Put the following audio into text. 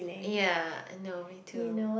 ya I know me too